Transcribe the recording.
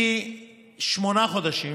כי שמונה חודשים